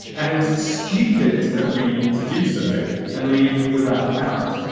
and it was stupid of me to do so and leave the rap out.